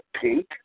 Pink